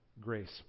grace